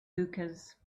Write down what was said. hookahs